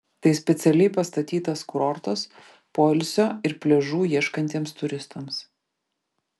tai specialiai pastatytas kurortas poilsio ir pliažų ieškantiems turistams